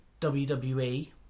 wwe